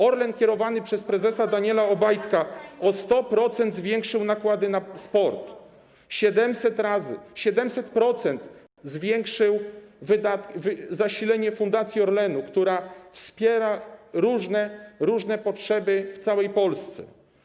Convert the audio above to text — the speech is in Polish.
Orlen kierowany przez prezesa Daniela Obajtka o 100% zwiększył nakłady na sport, o 700% zwiększył zasilenie Fundacji Orlenu, która wspiera różne potrzeby w całej Polsce.